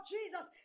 Jesus